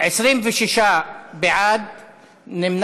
התשע"ז 2017, נחמן